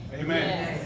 Amen